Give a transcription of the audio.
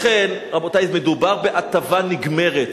לכן, רבותי, מדובר בהטבה נגמרת.